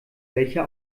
welcher